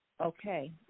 Okay